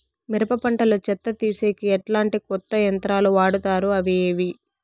మిరప పంట లో చెత్త తీసేకి ఎట్లాంటి కొత్త యంత్రాలు వాడుతారు అవి ఏవి?